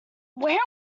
where